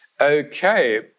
Okay